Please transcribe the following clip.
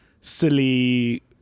silly